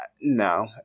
no